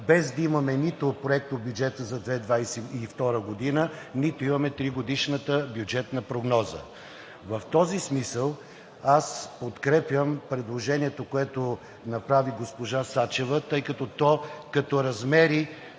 без да имаме нито проектобюджета за 2022 г., нито имаме тригодишната бюджетна прогноза. В този смисъл подкрепям предложението, което направи госпожа Сачева, тъй като то като размери